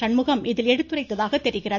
சண்முகம் இதில் எடுத்துரைத்ததாக தெரிகிறது